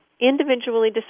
individually